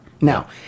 Now